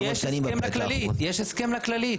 יש הסכם לכללית.